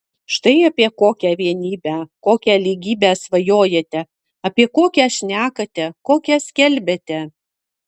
štai apie kokią vienybę kokią lygybę svajojate apie kokią šnekate kokią skelbiate